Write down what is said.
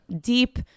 deep